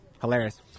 hilarious